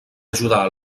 ajudar